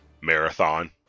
marathon